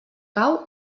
cau